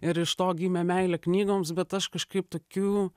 ir iš to gimė meilė knygoms bet aš kažkaip tokių